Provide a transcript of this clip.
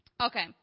Okay